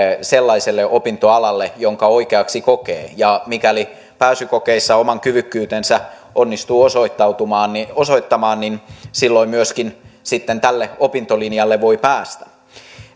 sellaiselle opintoalalle jonka oikeaksi kokee mikäli pääsykokeissa oman kyvykkyytensä onnistuu osoittamaan niin osoittamaan niin silloin myöskin sitten tälle opintolinjalle voi päästä